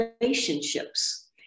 Relationships